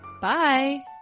bye